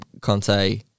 Conte